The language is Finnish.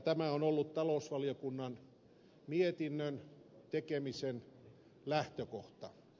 tämä on ollut talousvaliokunnan mietinnön tekemisen lähtökohta